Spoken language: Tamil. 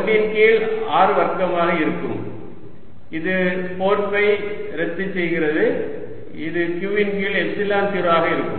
1 ன் கீழ் r வர்க்கமாக இருக்கும் இது 4 பை ரத்து செய்கிறது இது q ன் கீழ் எப்சிலன் 0 ஆக இருக்கும்